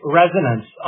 resonance